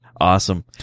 Awesome